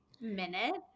minute